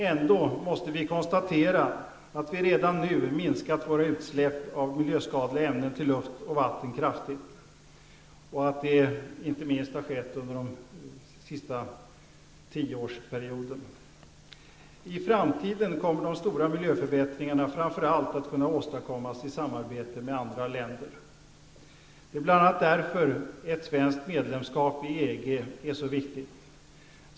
Ändå måste vi konstatera att vi redan nu minskat våra utsläpp av miljöskadliga ämnen till luft och vatten kraftigt. Inte minst har detta skett under den senaste tioårsperioden. I framtiden kommer de stora miljöförbättringarna framför allt att kunna åstadkommas i samarbete med andra länder. Det är bl.a. därför ett svenskt medlemskap i EG är så viktigt.